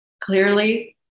clearly